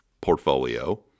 portfolio